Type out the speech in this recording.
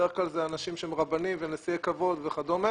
בדרך כלל אלה אנשים שהם רבנים ונשיאי כבוד וכדומה